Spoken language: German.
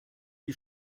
die